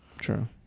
True